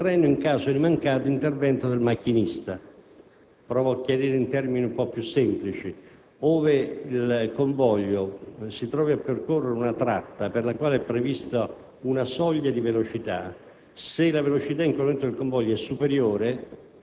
e l'eventuale intervento della frenatura di soccorso del treno in caso di mancato intervento del macchinista. Provo a chiarire quanto detto, utilizzando termini più semplici. Ove il convoglio si trovi a percorrere una tratta per la quale è prevista una soglia di velocità,